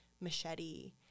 machete